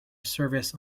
service